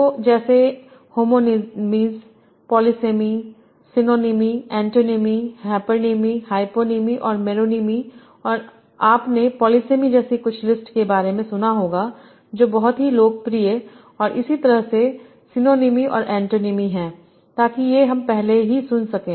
तो जैसे homonymies polysemy synonymy antonymy hypernymy hyponymy और मेरोनिमि और आपने पोलिसेमी जैसी कुछ लिस्ट के बारे में सुना होगा जो बहुत ही लोकप्रिय और इसी तरह से सीनोनिमि और अन्टोनीमी हैं ताकि ये हम पहले ही सुन सकें